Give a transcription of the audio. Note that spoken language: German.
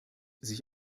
sich